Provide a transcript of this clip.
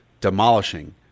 demolishing